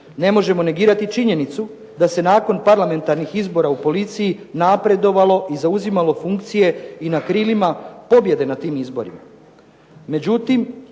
Ne možemo negirati činjenicu da se nakon parlamentarnih izbora u policiji napredovalo i zauzimalo funkcije i na krilima pobjede na tim izborima.